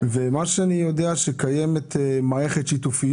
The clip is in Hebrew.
ומה שאני יודע זה שקיימת מערכת שיתופית